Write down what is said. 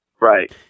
Right